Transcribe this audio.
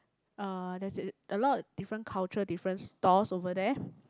uh there's it a lot different culture different stores over there